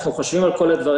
אנחנו חושבים על כל הדברים,